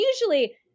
usually